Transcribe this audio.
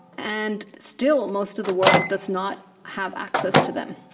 and still most of the world does not have access to them.